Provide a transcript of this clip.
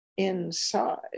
inside